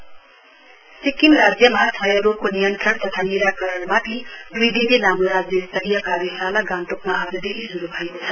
TB workshop Sikkim राज्यमा क्षयरोगको नियन्त्रण तथा निराकरणमाथि दुई दिने लामो राज्य स्तरीयकार्यशाला गान्तोकमा आजदेखि श्रू भएको छ